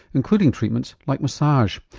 including treatments like massage.